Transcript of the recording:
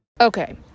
Okay